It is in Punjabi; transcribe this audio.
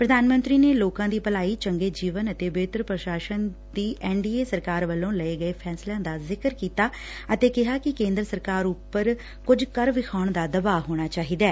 ਪ੍ਰਧਾਨ ਮੰਤਰੀ ਨੇ ਲੋਕਾਂ ਦੀ ਭਲਾਈ ਚੰਗੇ ਜੀਵਨ ਅਤੇ ਬਿਹਤਰ ਪ੍ਰਸ਼ਾਸਨ ਦੀ ਐਨ ਡੀ ਏ ਸਰਕਾਰ ਵੱਲੋ ਲਏ ਕਈ ਫੈਸਲਿਆਂ ਦਾ ਜ਼ਿਕਰ ਕੀਤਾ ਅਤੇ ਕਿਹਾ ਕਿ ਕੇਦਰ ਸਰਕਾਰ ਉਪਰ ਕੁਝ ਕਰ ਵਿਖਾਉਣ ਦਾ ਦਬਾਅ ਹੋਣਾ ਚਾਹੀਦੈ